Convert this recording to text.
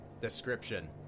Description